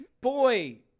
boy